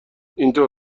اینطور